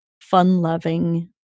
fun-loving